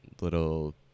little